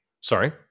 Sorry